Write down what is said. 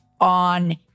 on